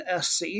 SC